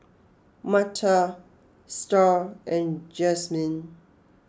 Martha Starr and Jazmin